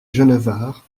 genevard